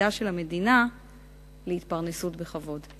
ותפקידה של המדינה להתפרנסות בכבוד.